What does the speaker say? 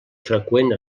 freqüent